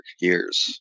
years